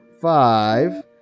five